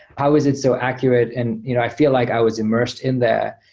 how was it so accurate? and you know i feel like i was immersed in there,